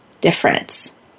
difference